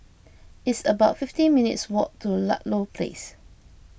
it's about fifty minutes' walk to Ludlow Place